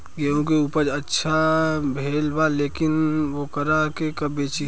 गेहूं के उपज अच्छा भेल बा लेकिन वोकरा के कब बेची?